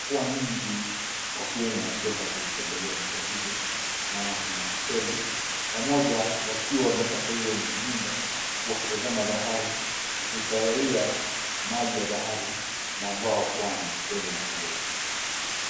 hua nyingi. Wageni wanapenda kuzitembelea nyumba hizo maana kuna hoteli pamoja wakiwa wamekaaa kwa hizo nyumba wakitazama bahari, wakifurahia maji ya bahari. Mwambao wa pwani kweli unapendeza.